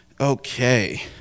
Okay